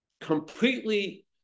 completely